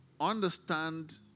understand